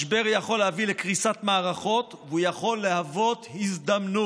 משבר יכול להביא לקריסת מערכות והוא יכול להוות הזדמנות,